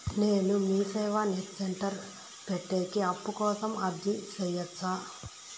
నేను Meeseva net centre పెట్టేకి అప్పు కోసం అర్జీ సేయొచ్చా?